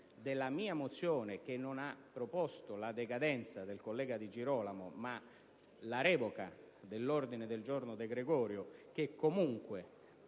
della mia mozione, che non ha proposto la decadenza del collega Di Girolamo ma la revoca dell'ordine del giorno De Gregorio approvato